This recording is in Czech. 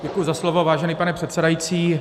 Děkuji za slovo, vážený pane předsedající.